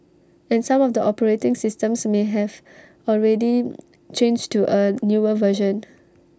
and some of the operating systems may have already changed to A newer version